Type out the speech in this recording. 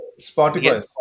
spotify